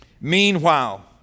Meanwhile